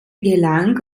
gelang